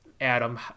Adam